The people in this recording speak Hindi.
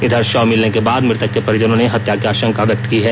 इधर शव मिलने के बाद मुतक के परिजनों ने हत्या की आशंका व्यक्त की है